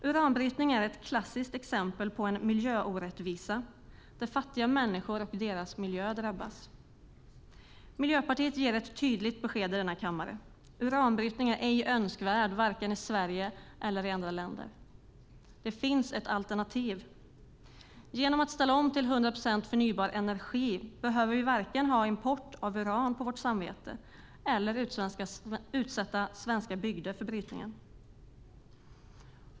Uranbrytning är ett klassiskt exempel på en miljöorättvisa där fattiga människor och deras miljö drabbas. Miljöpartiet ger ett tydligt besked i denna kammare: Uranbrytning är ej önskvärd vare sig i Sverige eller i andra länder. Det finns ett alternativ. Genom att ställa om till 100 procent förnybar energi behöver vi varken ha import av uran på vårt samvete eller utsätta svenska bygder för brytningen.